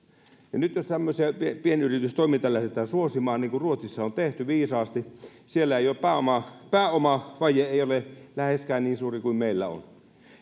ja nyt tämmöistä pienyritystoimintaa lähdetään suosimaan niin kuin ruotsissa on tehty viisaasti siellä pääomavaje ei ole läheskään niin suuri kuin meillä on